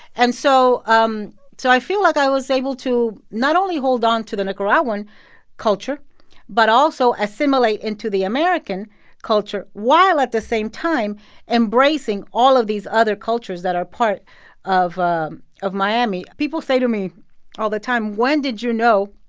and so um so i feel like i was able to not only hold on to the nicaraguan culture but also assimilate into the american culture while at the same time embracing all of these other cultures that are part of um of miami people say to me all the time, when did you know